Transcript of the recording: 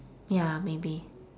ya maybe